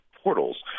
portals